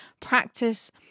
practice